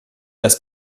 das